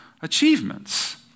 achievements